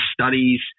studies